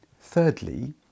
Thirdly